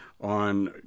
on